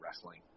wrestling